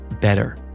better